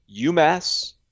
UMass